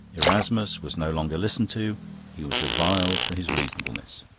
erasmus was no longer listened to he was reviled for his reasonableness.